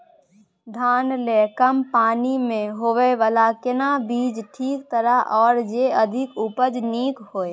धान लेल कम पानी मे होयबला केना बीज ठीक रहत आर जे अधिक उपज नीक होय?